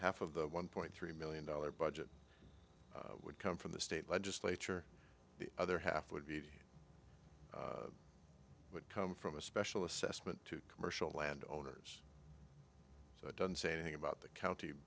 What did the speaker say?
half of the one point three million dollar budget would come from the state legislature the other half would be to come from a special assessment to commercial landowners so i don't say anything about the county